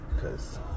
Cause